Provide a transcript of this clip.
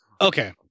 Okay